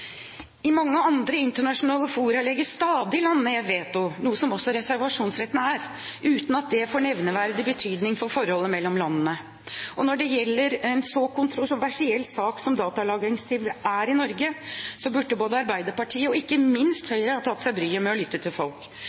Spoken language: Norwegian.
I mange andre internasjonale fora legger land stadig ned veto, noe som også reservasjonsretten er, uten at det får nevneverdig betydning for forholdet mellom landene. Når det gjelder en så kontroversiell sak som datalagringsdirektivet er i Norge, burde både Arbeiderpartiet og ikke minst Høyre ha tatt seg bryet med å lytte til folk.